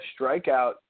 strikeout